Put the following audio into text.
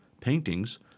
paintings